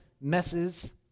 messes